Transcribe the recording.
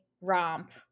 romp